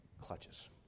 clutches